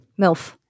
MILF